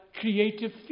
creative